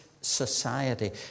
society